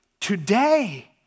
today